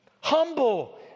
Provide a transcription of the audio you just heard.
humble